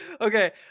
Okay